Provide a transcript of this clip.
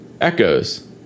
echoes